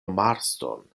marston